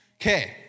Okay